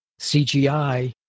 CGI